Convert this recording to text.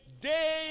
day